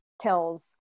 tells